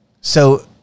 So-